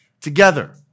together